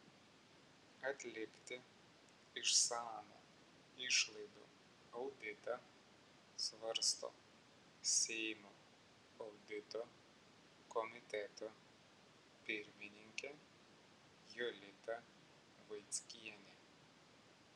atlikti išsamų išlaidų auditą svarsto seimo audito komiteto pirmininkė jolita vaickienė